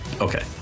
okay